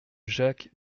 jacques